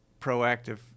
proactive